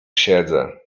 siedzę